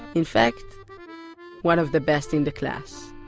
in fact one of the best in the class